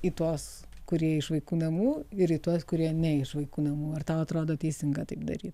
į tuos kurie iš vaikų namų ir į tuos kurie ne iš vaikų namų ar tau atrodo teisinga taip daryt